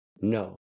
No